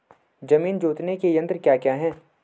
जमीन जोतने के यंत्र क्या क्या हैं?